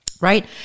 Right